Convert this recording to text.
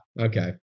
Okay